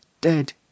Dead